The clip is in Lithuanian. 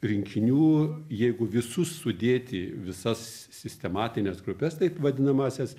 rinkinių jeigu visus sudėti visas sistematines grupes taip vadinamąsias